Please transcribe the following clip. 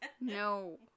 no